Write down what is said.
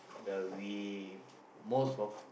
but we most of